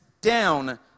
down